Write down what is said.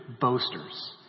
boasters